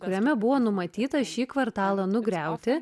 kuriame buvo numatyta šį kvartalą nugriauti